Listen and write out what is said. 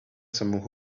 some